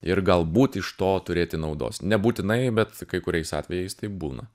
ir galbūt iš to turėti naudos nebūtinai bet kai kuriais atvejais taip būna